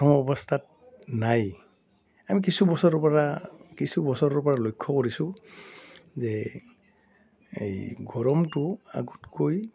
প্ৰথম অৱস্থাত নাই আমি কিছু বছৰৰপৰা কিছু বছৰৰপৰা লক্ষ্য কৰিছোঁ যে এই গৰমটো আগতকৈ